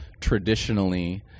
traditionally